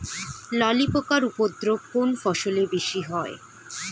ললি পোকার উপদ্রব কোন ফসলে বেশি হয়?